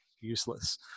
useless